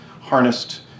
harnessed